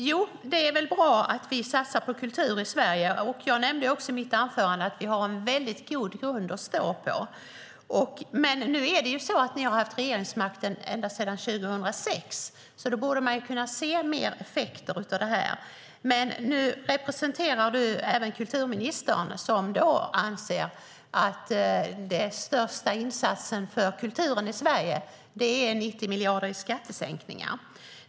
Herr talman! Det är bra att vi satsar på kultur i Sverige. Jag nämnde också i mitt anförande att vi har en god grund att stå på. Men nu har ni, Ellen Juntti, haft regeringsmakten ända sedan 2006. Då borde man kunna se mer effekter av detta. Nu representerar Ellen Juntti även kulturministern, som anser att den största insatsen för kulturen i Sverige är 90 miljarder i skattesänkningar.